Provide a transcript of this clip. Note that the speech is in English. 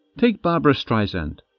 take barbara streisand,